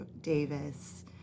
Davis